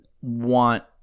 want